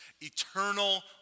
eternal